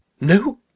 No